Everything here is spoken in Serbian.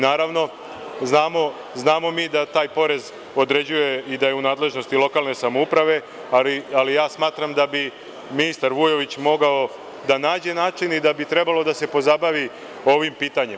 Naravno, znamo da taj porez određuje i da je u nadležnosti lokalne samouprave, ali smatram da bi ministar Vujović mogao da nađe način i da bi trebalo da se pozabavi ovim pitanjem.